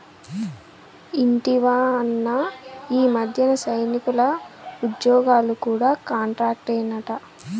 ఇంటివా అన్నా, ఈ మధ్యన సైనికుల ఉజ్జోగాలు కూడా కాంట్రాక్టేనట